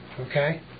Okay